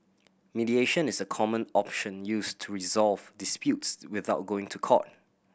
mediation is a common option used to resolve disputes without going to court